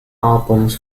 albums